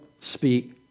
speak